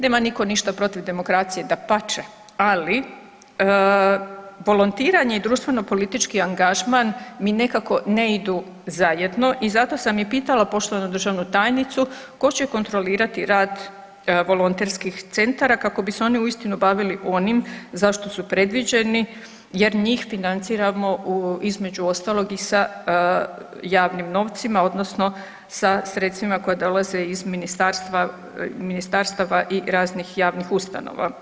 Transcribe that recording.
Nema nitko ništa protiv demokracije, dapače ali volontiranje i društveno politički angažman mi nekako ne idu zajedno i zato sam i pitala poštovanu državnu tajnicu tko će kontrolirati rad volonterskih centara kako bi se oni uistinu bavili onim za što su predviđeni jer njih financiramo između ostaloga i sa javnim novcima odnosno sa sredstvima koja dolaze iz ministarstava i raznih javnih ustanova.